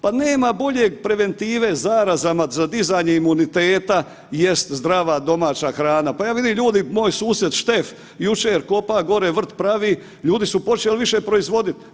Pa nema bolje preventive zarazama za dizanje imuniteta jest zdrava domaća hrana, pa ja vidim ljudi moj susjed Štef jučer kopa gore vrt pravi, ljudi su počeli više proizvoditi.